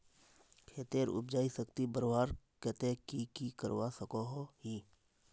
खेतेर उपजाऊ शक्ति बढ़वार केते की की करवा सकोहो ही?